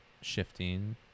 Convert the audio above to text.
shifting